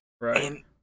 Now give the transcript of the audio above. Right